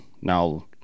Now